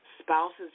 spouses